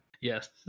Yes